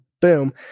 boom